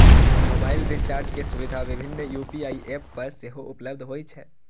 mobile recharge के सुविधा विभिन्न यू.पी.आई एप पर सेहो उपलब्ध होइ छै